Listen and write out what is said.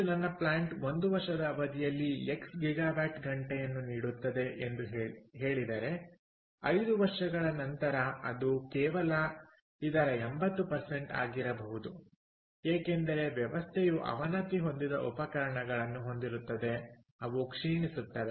ಇಂದು ನನ್ನ ಪ್ಲಾಂಟ್ 1 ವರ್ಷದ ಅವಧಿಯಲ್ಲಿ ಎಕ್ಸ್ ಗಿಗಾವಾಟ್ ಗಂಟೆಯನ್ನು ನೀಡುತ್ತದೆ ಎಂದು ಹೇಳಿದರೆ 5 ವರ್ಷಗಳ ನಂತರ ಅದು ಕೇವಲ ಇದರ 80 ಆಗಿರಬಹುದು ಏಕೆಂದರೆ ವ್ಯವಸ್ಥೆಯು ಅವನತಿ ಹೊಂದಿದ ಉಪಕರಣಗಳನ್ನು ಹೊಂದಿರುತ್ತದೆ ಅವು ಕ್ಷೀಣಿಸುತ್ತವೆ